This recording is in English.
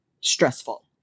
stressful